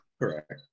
Correct